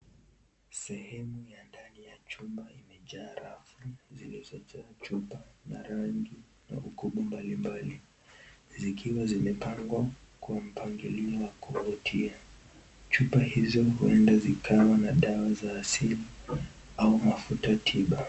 Sehemu ya ndani ya chumba imejaa rafi zilizo jaa chupa za rangi ya makundi mbalimbali zingine zimepagwa kwa mpangilio wa kuvutia . Chupa hizo huwenda zikawa na dawa za asili ama mafuta tiba.